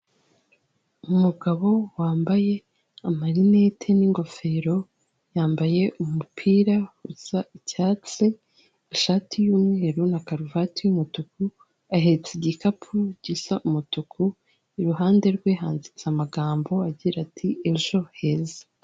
Umugabo wambaye amarinete n'ingofero, yambaye umupira usa icyats,i ishati y'umweru na karuvati y'umutuku ahetse igikapu gisa umutuku. Iruhande rwe handitse amagambo agira ati ejo heza.